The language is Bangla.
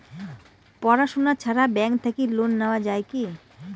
পড়াশুনা ছাড়া ব্যাংক থাকি লোন নেওয়া যায় কি?